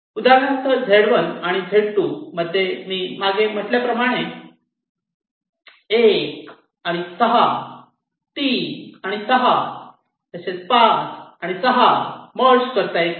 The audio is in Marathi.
उदाहरणार्थ Z1 आणि Z2 मध्ये मी मागे म्हटल्याप्रमाणे 1 आणि 6 3 आणि 6 तसेच 5 आणि 6 मर्ज करता येतील